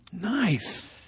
Nice